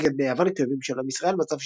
מציג את בני יוון כאויבים של עם ישראל - מצב